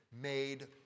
made